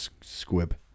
squib